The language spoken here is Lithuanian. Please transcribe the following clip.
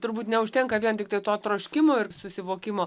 turbūt neužtenka vien tiktai to troškimo ir susivokimo